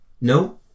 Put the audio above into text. No